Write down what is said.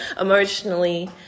emotionally